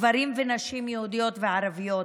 גברים ונשים יהודיות וערביות,